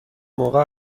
موقع